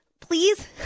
Please